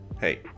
hey